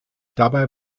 dabei